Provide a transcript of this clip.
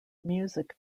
music